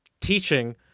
teaching